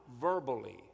verbally